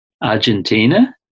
Argentina